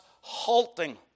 halting